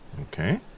Okay